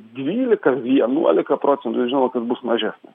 dvylika vienuolika procentų ir žinojau kad bus mažesnis